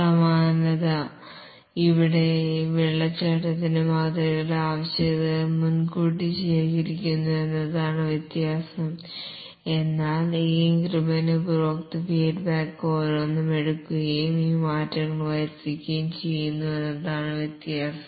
സമാനത ഇവിടെ വെള്ളച്ചാട്ടത്തിന്റെ മാതൃകയിൽ ആവശ്യകതകൾ മുൻകൂട്ടി ശേഖരിക്കുന്നു എന്നതാണ് വ്യത്യാസം എന്നാൽ ഈ ഇൻക്രിമെൻറ് ഉപഭോക്തൃ ഫീഡ്ബാക്ക് ഓരോന്നും എടുക്കുകയും ഈ മാറ്റങ്ങൾ വരുത്തുകയും ചെയ്യുന്നു എന്നതാണ് വ്യത്യാസം